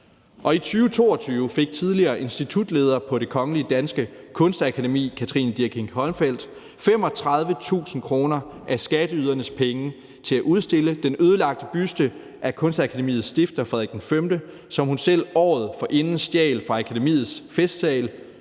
Og i 2022 fik tidligere institutleder på Det Kongelige Danske Kunstakademi Katrine Dirckinck-Holmfeld 35.000 kr. af skatteydernes penge til at udstille den ødelagte buste af Kunstakademiets stifter, Frederik V, som hun selv året forinden stjal fra akademiets festsal,